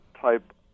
type